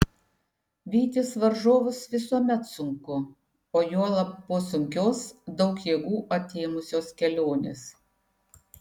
vytis varžovus visuomet sunku o juolab po sunkios daug jėgų atėmusios kelionės